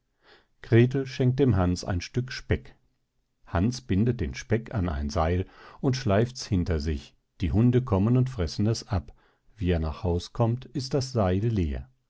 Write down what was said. grethel schenkt dem hans ein stück speck hans bindet den speck an ein seil und schleifts hinter sich die hunde kommen und fressen es ab wie er nach haus kommt ist das seil leer